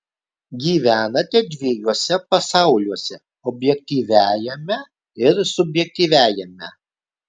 gyvenate dviejuose pasauliuose objektyviajame ir subjektyviajame